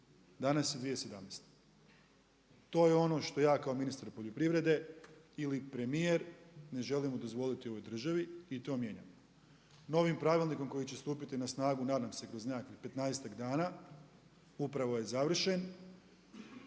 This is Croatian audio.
danas je 2017. To je ono što ja kao ministar poljoprivrede ili premijer ne želimo dozvoliti u ovoj državi i to mijenjamo. Novim pravilnikom koji će stupiti na snagu, nadam se kroz nekakvih petnaestak dana, upravo je završen,